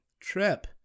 trip